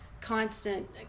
constant